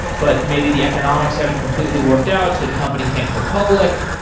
but maybe the economics have incompletely worked out so the company can't go public.